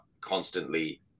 constantly